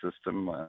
system